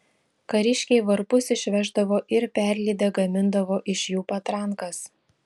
kariškiai varpus išveždavo ir perlydę gamindavo iš jų patrankas